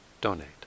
donate